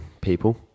people